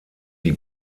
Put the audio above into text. die